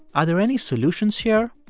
are there any solutions here?